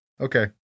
Okay